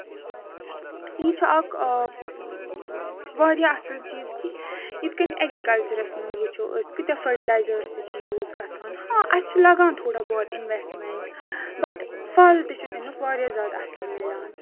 یہِ چھُ اکھ واریاہ اَصٕل چیٖز کہِ یِتھ کٔنۍ اٮ۪گرِکَلچُرَس منٛز وٕچھ أسۍ کۭتیاہ فرٹِلایزٲرٕس تہِ چھِ یوٗز گژھان ہاں اَسہِ چھِ لگان تھوڑا بہت اِنویسٹمینٹ بٹ پھل تہِ چھُ تَمیُک واریاہ زیادٕ اَصٕل مِلان